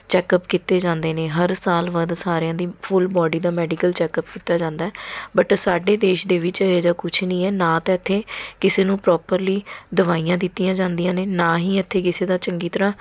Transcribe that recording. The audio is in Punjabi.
ਚੈੱਕਅਪ ਕੀਤੇ ਜਾਂਦੇ ਨੇ ਹਰ ਸਾਲ ਬਾਅਦ ਸਾਰਿਆਂ ਦੀ ਫੁੱਲ ਬੋਡੀ ਦਾ ਮੈਡੀਕਲ ਚੈੱਕਅਪ ਕੀਤਾ ਜਾਂਦਾ ਬਟ ਸਾਡੇ ਦੇਸ਼ ਦੇ ਵਿੱਚ ਇਹੋ ਜਿਹਾ ਕੁਛ ਨਹੀਂ ਹੈ ਨਾ ਤਾਂ ਇੱਥੇ ਕਿਸੇ ਨੂੰ ਪਰੋਪਰਲੀ ਦਵਾਈਆਂ ਦਿੱਤੀਆਂ ਜਾਂਦੀਆਂ ਨੇ ਨਾ ਹੀ ਇੱਥੇ ਕਿਸੇ ਦਾ ਚੰਗੀ ਤਰ੍ਹਾਂ